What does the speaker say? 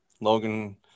Logan